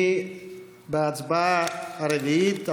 השני בהצבעה הרביעית,